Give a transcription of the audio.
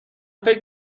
فکر